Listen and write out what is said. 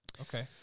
okay